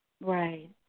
Right